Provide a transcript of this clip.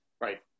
Right